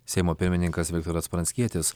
seimo pirmininkas viktoras pranckietis